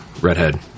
Redhead